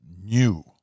new